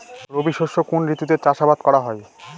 রবি শস্য কোন ঋতুতে চাষাবাদ করা হয়?